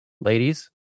ladies